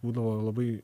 būdavo labai